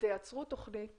תייצרו תוכנית